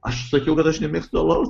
aš sakiau kad aš nemėgstu alaus